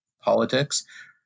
politics